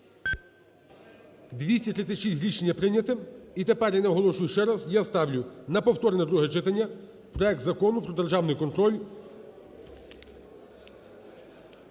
За-236 Рішення прийнято. І тепер я наголошую ще раз: я ставлю на повторне друге читання проект Закону про державний контроль,